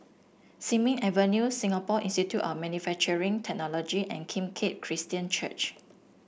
Sin Ming Avenue Singapore Institute of Manufacturing Technology and Kim Keat Christian Church